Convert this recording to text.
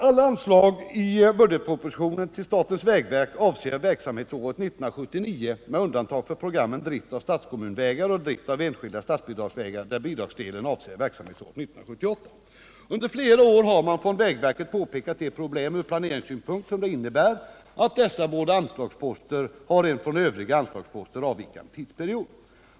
Alla anslag i budgetpropositionen till statens vägverk avser verksamhetsåret 1979, med undantag för programmen Drift av statskommunvägar och Drift av enskilda statsbidragsvägar, där bidragsdelen avser verksamhetsåret 1978. Under flera år har man från vägverket påpekat de problem ur planeringssynpunkt som det innebär att dessa båda anslagsposter har en från övriga anslagsposter avvikande tidsperiod.